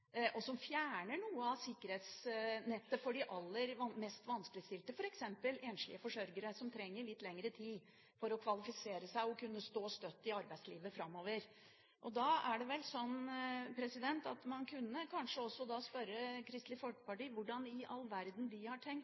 og som fjerner noe av sikkerhetsnettet for de aller mest vanskeligstilte, f.eks. enslige forsørgere som trenger litt mer tid for å kvalifisere seg og kunne stå støtt i arbeidslivet framover. Da er det vel sånn at man også kunne spørre representanten fra Kristelig Folkeparti om hvordan i all verden de har tenkt